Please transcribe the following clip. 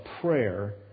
prayer